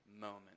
moment